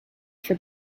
for